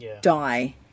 die